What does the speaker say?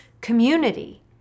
community